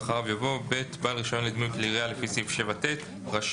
ואחריו יבוא: "(ב)בעל רישיון לדמוי כלי ירייה לפי סעיף 7ט רשאי,